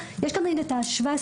אם תירצו את הרשימה של תנועות הנוער,